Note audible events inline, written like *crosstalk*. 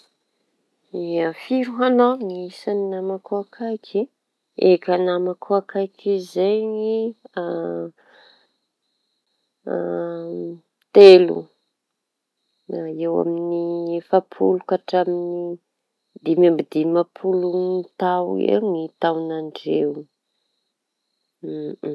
Ie firy ho añao ny isan'ny namako akaiky? Eka, namako akaiky zay *hesitation* ny *hesitation* telo eo amin'ny efapolo ka hatramin'ny dimy amby dimapolo taoña eo ny taoñan-dreo.